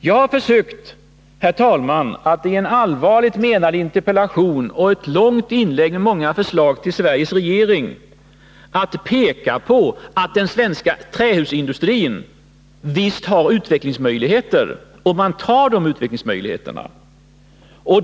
Jag har försökt, herr talman, att i en allvarligt menad interpellation och i ett långt inlägg med många förslag till Sveriges regering, peka på att den svenska trähusindustrin visst har utvecklingsmöjligheter — om man utnyttjar de utvecklingsmöjligheterna.